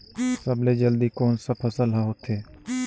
सबले जल्दी कोन सा फसल ह होथे?